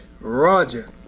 Roger